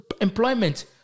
employment